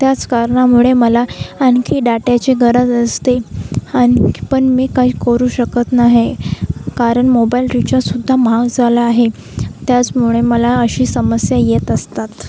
त्याच कारणामुळे मला आणखी डाटाची गरज असते आणखी पण मी काही करू शकत नाही कारण मोबाईल रिचार्ज सुद्धा महाग झाला आहे त्याचमुळे मला अशी समस्या येत असतात